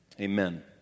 Amen